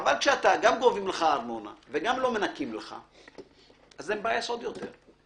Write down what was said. כשגם גובים ממך ארנונה וגם לא מנקים לך אז זה מבאס עוד יותר.